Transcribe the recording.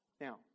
Now